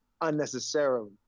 unnecessarily